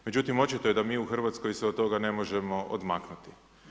Međutim, očito je da mi u Hrvatskoj se od toga ne možemo odmaknuti.